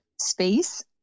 space